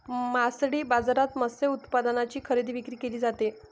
मासळी बाजारात मत्स्य उत्पादनांची खरेदी विक्री केली जाते